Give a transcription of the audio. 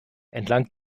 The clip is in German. entlang